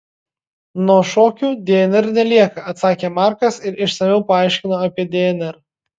nuo šokių dnr nelieka atsakė markas ir išsamiau paaiškino apie dnr